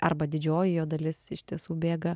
arba didžioji jo dalis iš tiesų bėga